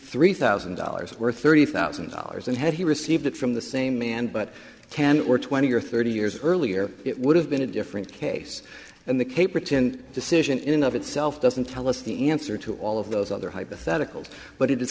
three thousand dollars worth thirty thousand dollars and had he received it from the same man but ten or twenty or thirty years earlier it would have been a different case and the caperton decision in of itself doesn't tell us the answer to all of those other hypotheticals but it i